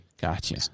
Gotcha